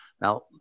Now